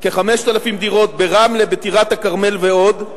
כ-5,000 דירות ברמלה, בטירת-כרמל ועוד.